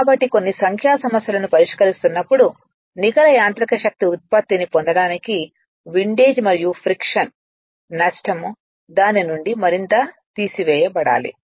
కాబట్టి కొన్ని సంఖ్యా సమస్యలను పరిష్కరిస్తున్నప్ప్పుడు నికర యాంత్రిక శక్తి ఉత్పత్తిని పొందడానికి విండేజ్ మరియుఫ్రిక్షన్ నష్టం దాని నుండి మరింత తీసివేయబడాలి